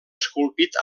esculpit